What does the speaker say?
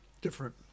Different